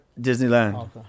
Disneyland